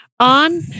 on